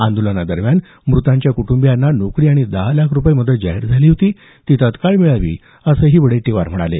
आंदोलनादरम्यान मृतांच्या कुटंबियांना नोकरी आणि दहा लाख रुपये मदत जाहीर झाली होती ती तात्काळ मिळावी असंही वडेट्टीवार म्हणाले